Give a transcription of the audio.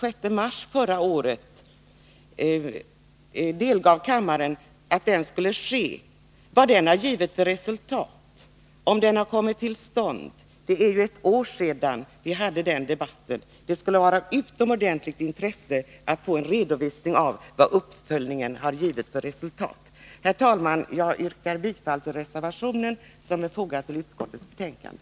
Det skulle bli en uppföljning, enligt vad utskottets talesman delgav kammaren den 26 mars förra året. Det är alltså ett år sedan vi hade den debatten, och det skulle vara av utomordentligt stort intresse att få en redovisning av vad uppföljningen har givit för resultat. Herr talman! Jag yrkar bifall till den reservation som är fogad till utskottets betänkande.